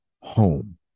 home